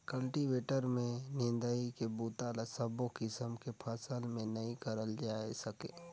cultivator में निंदई के बूता ल सबो किसम के फसल में नइ करल जाए सके